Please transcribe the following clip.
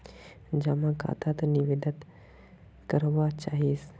जमा खाता त निवेदन करवा चाहीस?